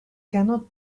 cannot